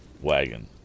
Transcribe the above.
wagon